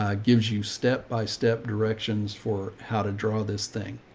ah gives you step by step directions for how to draw this thing.